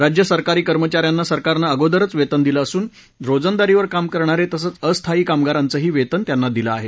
राज्य सरकारी कर्मचाऱ्यांना सरकारनं अगोदरच वेतन दिलं असून रोजंदारीवर काम करणारे तसंच अस्थायी कामगारांचं वेतनही त्यांना दिलं आहे